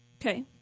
Okay